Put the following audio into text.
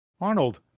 Arnold